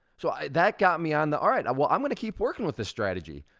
so that got me on the. all right, well, i'm gonna keep working with this strategy.